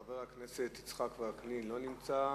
חבר הכנסת יצחק וקנין, לא נמצא.